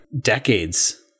decades